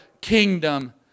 kingdom